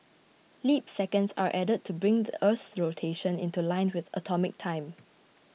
leap seconds are added to bring the Earth's rotation into line with atomic time